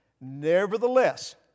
Nevertheless